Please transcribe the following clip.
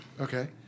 Okay